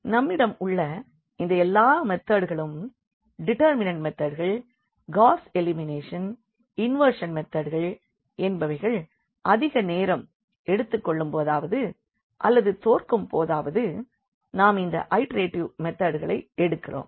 எனவே நம்மிடம் உள்ள இந்த எல்லா மெதட்களும் டிடெர்மிநெண்ட் மெதட்கள் காஸ் எலிமினேஷன் இன்வெர்ஷன் மெதட்கள் என்பவைகள் அதிக நேரம் எடுத்துக்கொள்ளும் போதாவது அல்லது தோற்கும்போதாவது நாம் இந்த ஐடெரெட்டிவ் மெதட்களை எடுக்கிறோம்